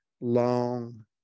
long